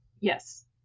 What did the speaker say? yes